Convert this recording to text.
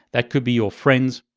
that could be your friends,